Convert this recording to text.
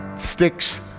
sticks